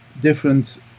different